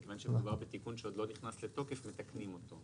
כיוון שמדובר בתיקון שעוד לא נכנס לתוקף מתקנים אותו.